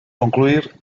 concluir